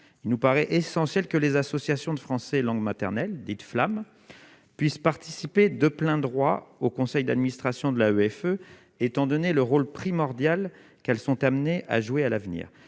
il nous paraît essentiel que les associations de français langue maternelle des flammes puissent participer de plein droit au conseil d'administration de la EFE étant donné le rôle primordial qu'elles sont amenées à jouer à l'avenir